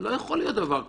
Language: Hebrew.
לא יכול להיות דבר כזה.